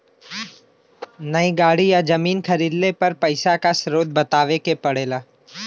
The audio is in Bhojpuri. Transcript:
नई गाड़ी या जमीन खरीदले पर पइसा क स्रोत बतावे क पड़ेला